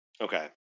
Okay